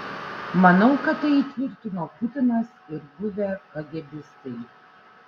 manau kad tai įtvirtino putinas ir buvę kagėbistai